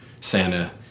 Santa